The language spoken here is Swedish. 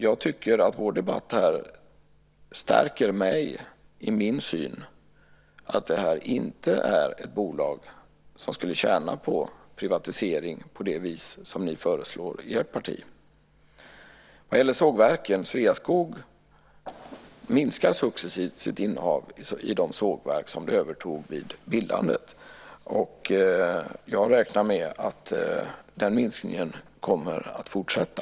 Jag tycker att vår debatt stärker mig i min syn att det här inte är ett bolag som skulle tjäna på privatisering på det vis som ni föreslår i ert parti. Vad gäller sågverken vill jag peka på att Sveaskog successivt minskar sitt innehav i de sågverk som man övertog vid bildandet. Jag räknar med att den minskningen kommer att fortsätta.